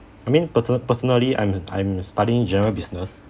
I mean person personally I'm I'm studying general business